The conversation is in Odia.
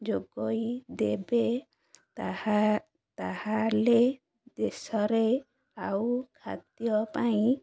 ଯୋଗାଇ ଦେବେ ତାହା ତାହେଲେ ଦେଶରେ ଆଉ ଖାଦ୍ୟ ପାଇଁ